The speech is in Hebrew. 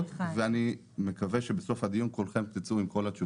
ואני מקווה שבסוף הדיון כולכם תצאו עם כל התשובות.